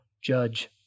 judge